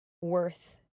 worth